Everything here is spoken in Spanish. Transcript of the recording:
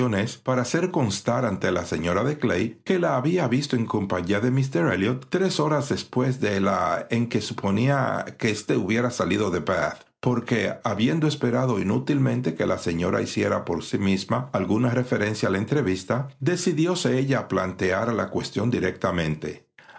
para hacer constar ante la señora de clay que la había visto en compañía de míster elliot tres horas después de la en que suponía que éste hubiera salido de bath porque habiendo esperado inútilmente que la señora hiciera por sí misma alguna referencia a la entrevista decidióse ella a plantear la cuestión directamente